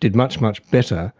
did much, much better